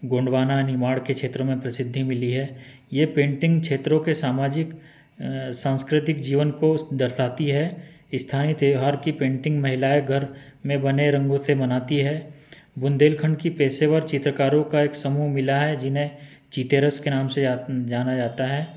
गोंडवाना निमाड़ के क्षेत्र में प्रसिद्धि मिली है ये पेंटिंग क्षेत्रों के सामाजिक सांस्कृतिक जीवन को दर्शाती है स्थानीय त्यौहार की पेंटिंग महिलाएँ घर में बने रंगों से बनाती हैं बुन्देलखंड की पेशेवर चित्रकारों का एक समूह मिला है जिन्हें चितेरस के नाम से जाना जाता है